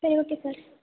சரி okay sir